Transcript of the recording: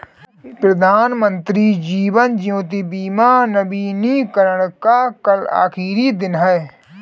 प्रधानमंत्री जीवन ज्योति बीमा नवीनीकरण का कल आखिरी दिन है